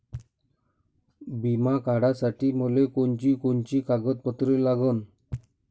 बिमा काढासाठी मले कोनची कोनची कागदपत्र लागन?